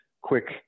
quick